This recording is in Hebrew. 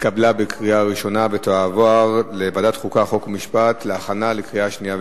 התשע"א 2011, לוועדת החוקה, חוק ומשפט נתקבלה.